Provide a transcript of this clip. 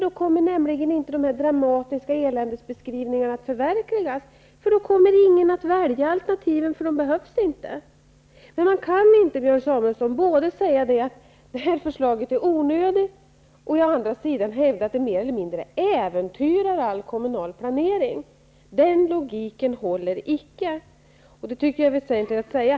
Då kommer dessa dramatiska eländesbeskrivningar inte att förverkligas. Ingen kommer att välja alternativ som inte behövs. Man kan inte, Björn Samuelson, både säga att förslaget är onödigt och samtidigt hävda att det mer eller mindre äventyrar all kommunal planering. Den logiken håller icke. Det tycker jag är väsentligt att säga.